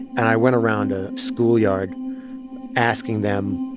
and i went around a schoolyard asking them,